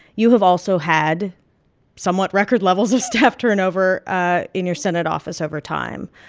you have also had somewhat record levels of staff turnover ah in your senate office over time.